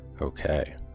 okay